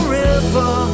river